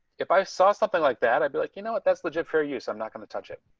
if i saw something like that. i'd be like, you know what, that's legit fair use. i'm not going to touch it.